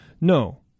No